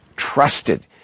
trusted